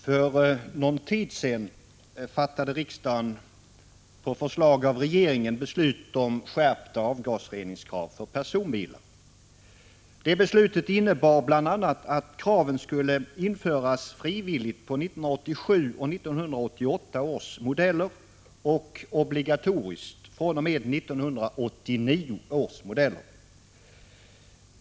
Herr talman! För någon tid sedan fattade riksdagen på förslag av regeringen beslut om skärpta avgasreningskrav för personbilar. Beslutet innebar bl.a. att kraven skulle införas frivilligt på 1987 och 1988 års modeller och obligatoriskt fr.o.m. 1989 års modeller.